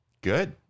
Good